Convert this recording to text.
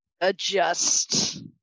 adjust